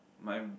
my